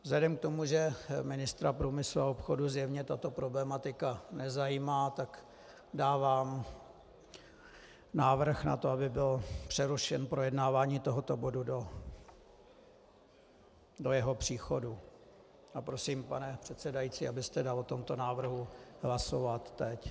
Vzhledem k tomu, že ministra průmyslu a obchodu zjevně tato problematika nezajímá, tak dávám návrh na to, aby bylo přerušeno projednávání tohoto bodu do jeho příchodu, a prosím, pane předsedající, abyste dal o tomto návrhu hlasovat teď.